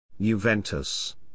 Juventus